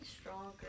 stronger